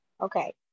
Okay